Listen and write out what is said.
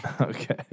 Okay